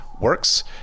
works